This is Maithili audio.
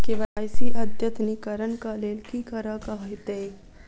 के.वाई.सी अद्यतनीकरण कऽ लेल की करऽ कऽ हेतइ?